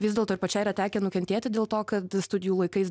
vis dėlto ir pačiai yra tekę nukentėti dėl to kad studijų laikais